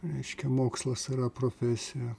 reiškia mokslas yra profesija